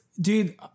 dude